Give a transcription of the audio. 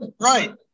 Right